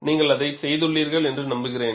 நீங்கள் அதை செய்துள்ளீர்கள் என்று நம்புகிறேன்